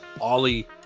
Ollie